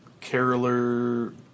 Caroler